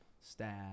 staff